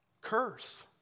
curse